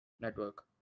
network